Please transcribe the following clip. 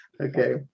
Okay